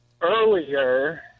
Earlier